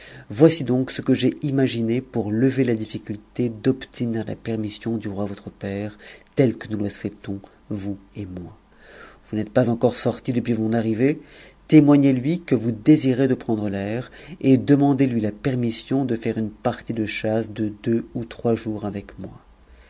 voici donc ce que j'ai imaginé pour lever la difficulté d'obtenir la permission du roi votre père telle que nous la souhaitons vous et moi vous n'êtes pas encore sorti depuis mon arrivée témoignez lui que vous désirezdeprendrel'air et demandez-lui la permission de faire une partie de chassede deux ou trois jours avec moi